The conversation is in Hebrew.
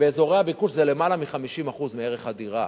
באזורי הביקוש זה יותר מ-50% מערך הדירה,